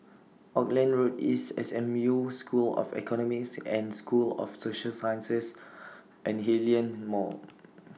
Auckland Road East S M U School of Economics and School of Social Sciences and Hillion Mall